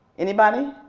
anybody?